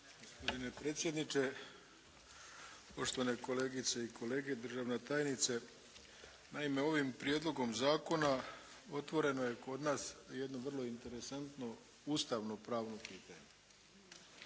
Gospodine predsjedniče, poštovane kolegice i kolege, državna tajnice. Naime, ovim prijedlogom zakona otvoreno je kod nas jedno vrlo interesantno ustavnopravno pitanje.